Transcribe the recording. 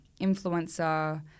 influencer